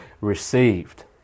received